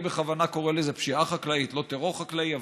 אני בכוונה קורא לזה פשיעה חקלאית ולא טרור חקלאי,